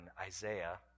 Isaiah